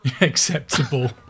Acceptable